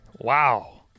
Wow